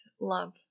love